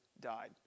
died